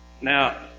Now